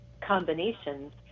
combinations